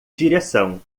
direção